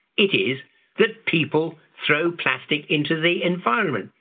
it is that people throw plastic into the environment.